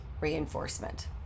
reinforcement